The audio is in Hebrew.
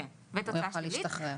הוא יוכל להשתחרר.